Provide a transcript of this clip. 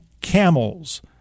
Camels